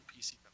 PC